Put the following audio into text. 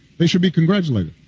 they should be congratulated.